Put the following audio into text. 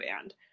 band